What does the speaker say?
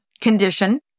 condition